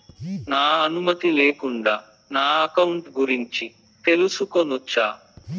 నా అనుమతి లేకుండా నా అకౌంట్ గురించి తెలుసుకొనొచ్చా?